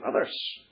others